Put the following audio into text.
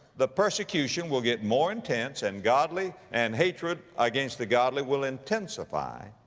the persecution will get more intense and godly, and hatred against the godly will intensify.